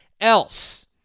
else